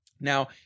Now